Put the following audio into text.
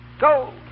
Go